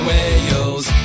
Wales